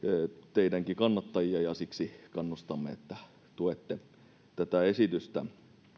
teidänkin kannattajia ja siksi kannustamme että tuette tätä esitystä